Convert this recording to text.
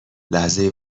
لحظه